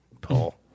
pull